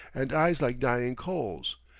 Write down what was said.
and eyes like dying coals,